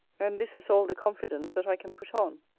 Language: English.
and this is all the confidence that i can put on,